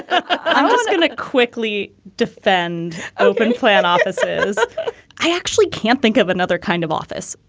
i'm just going to quickly defend open plan offices i actually can't think of another kind of office.